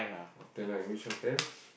hotel lah you which hotel